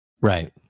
Right